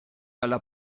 alla